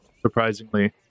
surprisingly